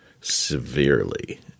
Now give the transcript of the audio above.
severely